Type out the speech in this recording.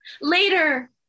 Later